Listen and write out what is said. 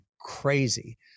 crazy